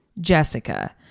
jessica